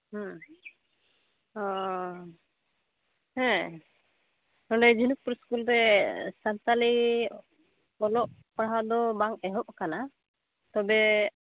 ᱦᱮᱸ ᱚᱻ ᱦᱮᱸ ᱱᱚᱰᱮ ᱡᱷᱤᱱᱩᱠᱯᱩᱨ ᱤᱥᱠᱩᱞ ᱨᱮ ᱥᱟᱱᱛᱟᱲᱤ ᱚᱞᱚᱜ ᱯᱟᱲᱦᱟᱣ ᱫᱚ ᱵᱟᱝ ᱮᱦᱚᱵ ᱟᱠᱟᱱᱟ ᱛᱚᱵᱮ